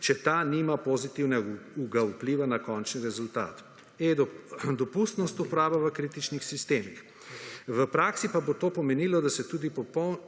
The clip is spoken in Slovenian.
če ta nima pozitivnega vpliva na končni rezultat dopustnost uporabe v kritičnih sistemih. V praksi pa bo to pomenilo, da se tudi